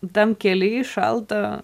tam kely šalta